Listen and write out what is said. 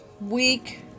week